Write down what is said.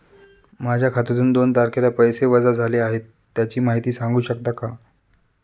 माझ्या खात्यातून दोन तारखेला पैसे वजा झाले आहेत त्याची माहिती सांगू शकता का?